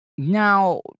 Now